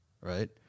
right